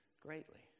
greatly